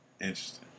Interesting